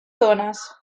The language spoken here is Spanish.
zonas